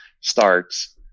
starts